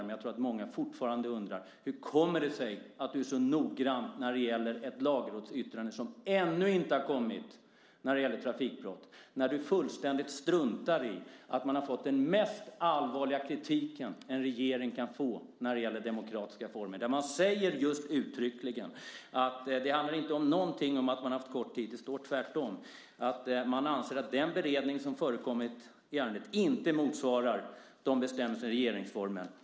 Men jag tror att många fortfarande undrar hur det kommer sig att du är så noggrann när det gäller ett lagrådsyttrande om trafikbrott som ännu inte har kommit när du fullständigt struntar i att man har fått den mest allvarliga kritiken en regering kan få när det gäller demokratiska former. Det framgår uttryckligen att det inte handlar om en kort tid utan tvärtom och om att den beredning som har förekommit i ärendet inte motsvarar bestämmelserna i regeringsformen.